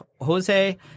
Jose